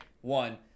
One